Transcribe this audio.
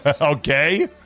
Okay